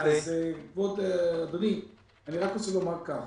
אז, אדוני, אני רק רוצה לומר כך: